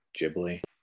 Ghibli